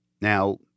Now